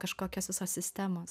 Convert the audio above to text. kažkokios visos sistemos